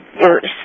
first